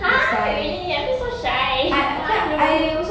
!huh! really I feel so shy malu